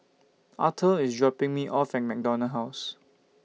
Arthur IS dropping Me off At MacDonald House